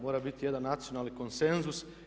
Mora biti jedan nacionalni konsenzus.